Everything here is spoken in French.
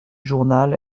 journal